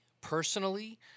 personally